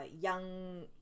young